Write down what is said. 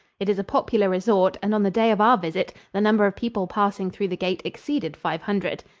it is a popular resort, and on the day of our visit the number of people passing through the gate exceeded five hundred.